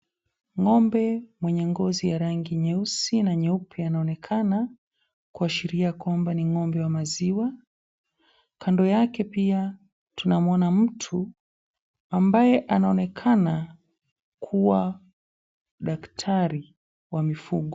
Ng'ombe mwenye ngozi ya rangi nyeusi na nyeupe anaonekana, kuashiria kwamba ni ng'ombe wa maziwa. Kando yake pia tunamuona mtu ambaye anaonekana kuwa daktari wa mifugo.